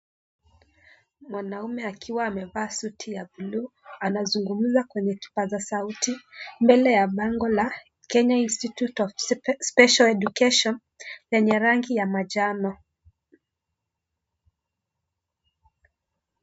Mwanaume akiwa amevaa suti ya buluu anazungumza kwenye kipasa sauti, mbele ya bango la Kenya Institute Of Special Education lenye rangi ya manjano.